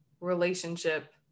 relationship